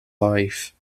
life